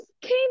came